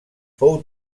fou